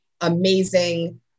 amazing